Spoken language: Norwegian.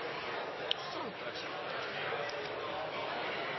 er det ikke nok. Det er